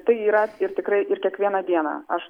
tai yra ir tikrai ir kiekvieną dieną aš